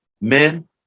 Men